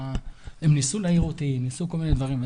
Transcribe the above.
הם ניסו להעיר אותי וניסו כל מיני דברים,